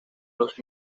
los